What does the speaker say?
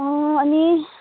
अँ अनि